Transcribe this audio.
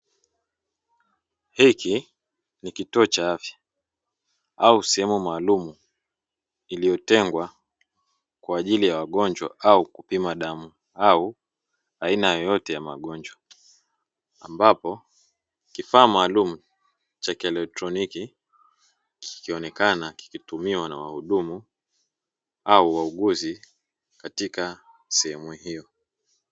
Hiki ni kituo cha afya au sehemu maalumu iliyotengwa kwa ajili ya wagonjwa au kupima damu au aina yoyote ya magonjwa, ambapo kifaa maalumu cha kieletroniki kikionekana kikitumiwa na wahudumu au wauguzi katika sehemu hiyo.